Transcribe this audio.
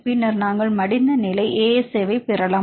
பின்னர் நீங்கள் மடிந்த நிலை ASA பெறலாம்